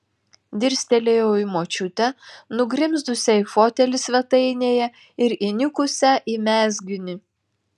dirstelėjau į močiutę nugrimzdusią į fotelį svetainėje ir įnikusią į mezginį